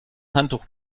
handtuch